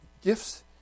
gifts